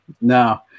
no